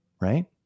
Right